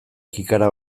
kikara